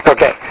Okay